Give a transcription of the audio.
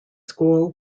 school